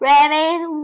Rabbit